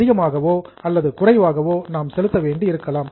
அதிகமாகவோ அல்லது குறைவாகவோ நாம் செலுத்த வேண்டி இருக்கலாம்